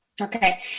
okay